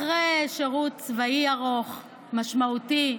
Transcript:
אחרי שירות צבאי ארוך, משמעותי.